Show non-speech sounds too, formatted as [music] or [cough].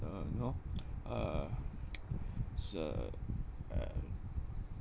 uh you know [noise] uh [noise] so uh